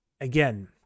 again